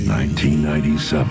1997